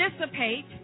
dissipate